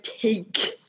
take